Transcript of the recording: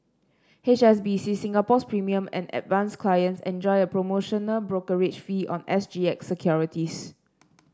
H S B C Singapore's Premier and Advance clients enjoy a promotional brokerage fee on S G X securities